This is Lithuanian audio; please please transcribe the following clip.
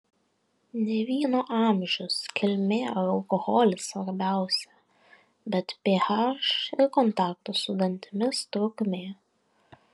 ne vyno amžius kilmė ar alkoholis svarbiausia bet ph ir kontakto su dantimis trukmė